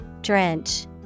Drench